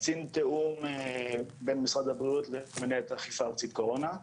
קצין תיאום בין משרד הבריאות למנהלת האכיפה הארצית קורונה.